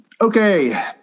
okay